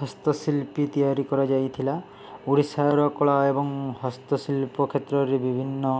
ହସ୍ତଶିଳ୍ପୀ ତିଆରି କରାଯାଇଥିଲା ଓଡ଼ିଶାର କଳା ଏବଂ ହସ୍ତଶିଳ୍ପ କ୍ଷେତ୍ରରେ ବିଭିନ୍ନ